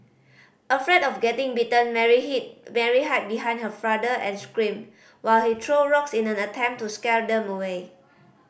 afraid of getting bitten Mary hid Mary hide behind her father and screamed while he threw rocks in an attempt to scare them away